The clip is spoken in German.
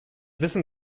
wissen